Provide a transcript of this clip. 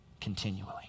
continually